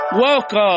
welcome